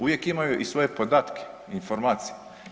Uvijek imaju i svoje podatke, informacije.